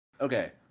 okay